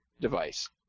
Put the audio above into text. device